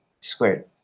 squared